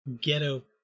ghetto